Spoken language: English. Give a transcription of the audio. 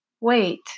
Wait